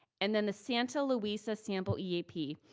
and then the santa luisa sample eap,